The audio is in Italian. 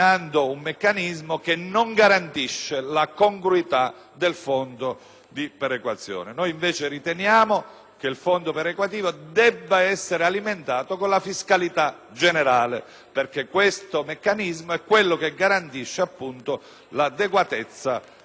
che il fondo perequativo debba essere alimentato con la fiscalità generale, perché questo meccanismo è quello che garantisce l'adeguatezza del fondo stesso e il carattere effettivamente verticale della perequazione medesima.